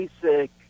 basic